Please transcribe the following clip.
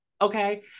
okay